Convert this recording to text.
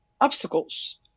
obstacles